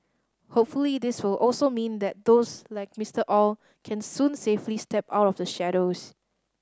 hopefully this will also mean that those like Mister Aw can soon safely step out of the shadows